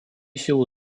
силу